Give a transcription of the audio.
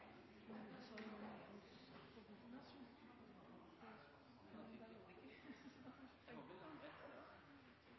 så